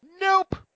Nope